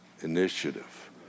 initiative